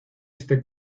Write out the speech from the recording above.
este